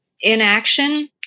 inaction